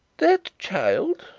that child!